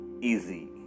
easy